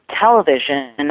television